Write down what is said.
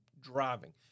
driving